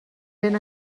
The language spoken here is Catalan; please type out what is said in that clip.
ben